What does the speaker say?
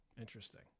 interesting